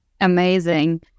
Amazing